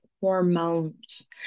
hormones